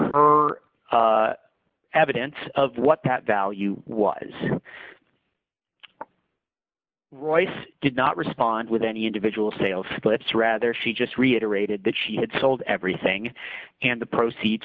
her evidence of what that value was royce did not respond with any individual sales slips rather she just reiterated that she had sold everything and the proceeds